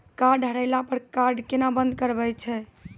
Card हेरैला पर card केना बंद करबै छै?